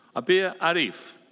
abeer arif.